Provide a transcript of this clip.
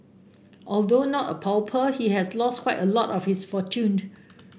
although not a pauper he has lost quite a lot of his fortune